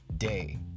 day